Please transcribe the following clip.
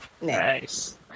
Nice